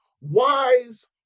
wise